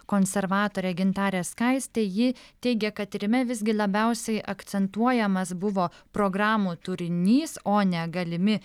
konservatorė gintarė skaistė ji teigė kad tyrime visgi labiausiai akcentuojamas buvo programų turinys o ne galimi